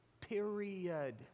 Period